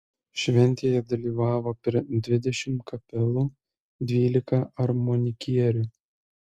šventėje dalyvavo per dvidešimt kapelų dvylika armonikierių